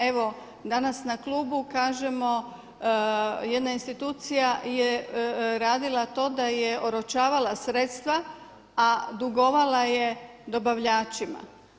Evo danas na klubu kažemo jedna institucija je radila to da je oročavala sredstva a dugovala je dobavljačima.